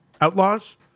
Outlaws